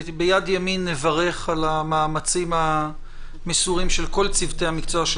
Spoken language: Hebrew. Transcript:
ביד ימין נברך על המאמצים המסורים של כל צוותי המקצוע של